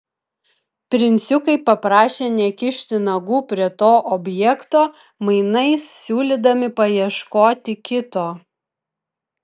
princiukai paprašė nekišti nagų prie to objekto mainais siūlydami paieškoti kito